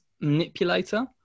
manipulator